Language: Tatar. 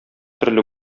төрле